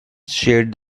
shared